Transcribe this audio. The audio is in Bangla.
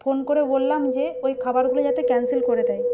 ফোন করে বললাম যে ওই খাবারগুলো যাতে ক্যানসেল করে দেয়